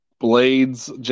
Blades